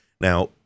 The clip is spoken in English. Now